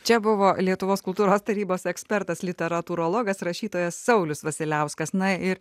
čia buvo lietuvos kultūros tarybos ekspertas literatūrologas rašytojas saulius vasiliauskas na ir